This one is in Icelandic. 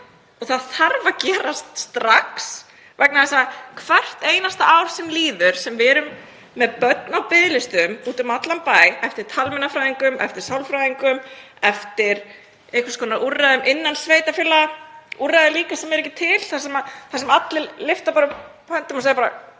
og það þarf að gerast strax vegna þess að hvert einasta ár sem líður erum við með börn á biðlistum úti um allan bæ eftir talmeinafræðingum, eftir sálfræðingum, eftir einhvers konar úrræðum innan sveitarfélaga, líka úrræðum sem eru ekki til þar sem allir yppa bara öxlum og segja: